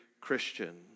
Christian